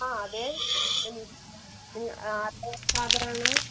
ആ അതെ ആരുടെ ഫാദർ ആണ്